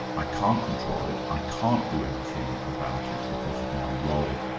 i can't control it, i can't do anything about it because of my role,